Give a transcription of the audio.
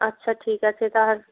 আচ্ছা ঠিক আছে